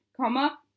Comma